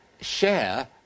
share